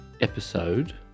episode